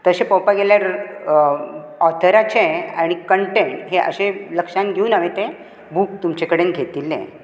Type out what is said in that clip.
तशें पळोवपाक गेल्यार ऑथराचें आनी कंटेंट हें अशें लक्षांत घेवन हांवे ते बूक तुमचें कडेन घेतिल्लें